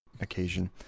occasion